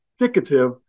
indicative